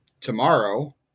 tomorrow